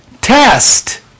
test